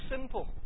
simple